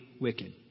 wicked